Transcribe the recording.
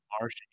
marsh